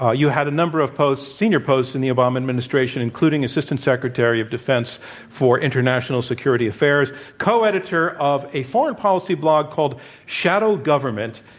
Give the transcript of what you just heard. ah you had a number of posts senior posts in the obama administration, including assistant secretary of defense for international security affairs. co-editor of a foreign policy blog called shadow government,